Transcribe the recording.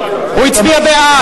הוא הצביע בעד,